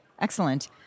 excellent